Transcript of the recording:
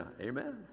amen